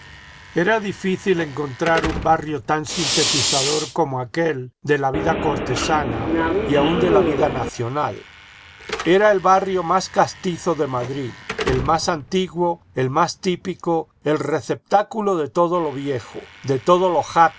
era difícil encontrar un barrio tan sintetizador como aquel de la vida cortesana y aun de la vida nacional era el barrio más castizo de madrid el más antiguo el más típico el receptáculo de todo lo viejo de todo lo